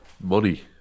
Money